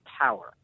power